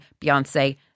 Beyonce